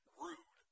rude